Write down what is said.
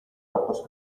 ratas